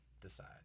decide